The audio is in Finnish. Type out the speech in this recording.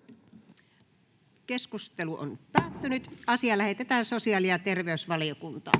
eduskunnalle laiksi lääkelain muuttamisesta Time: N/A Content: